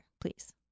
please